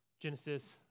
Genesis